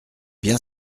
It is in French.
bien